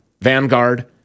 Vanguard